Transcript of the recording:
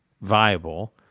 viable